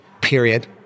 period